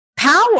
Power